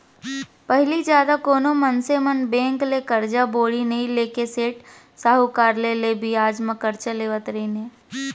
पहिली जादा कोनो मनसे मन बेंक ले करजा बोड़ी नइ लेके सेठ साहूकार करा ले बियाज म करजा लेवत रहिन हें